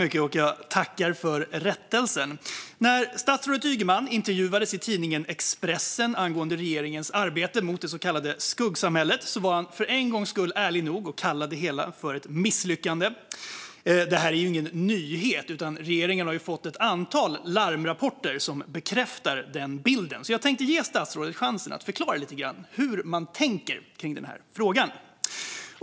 Fru talman! När statsrådet Ygeman intervjuades i tidningen Expressen angående regeringens arbete mot det så kallade skuggsamhället var han för en gångs skull ärlig nog att kalla det hela ett misslyckande. Det är ju ingen nyhet, utan regeringen har fått ett antal larmrapporter som bekräftar den bilden. Jag tänkte ge statsrådet chansen att förklara lite grann hur man tänker kring denna fråga.